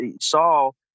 Saul